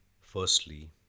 Firstly